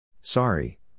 Sorry